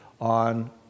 on